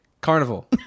carnival